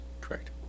Correct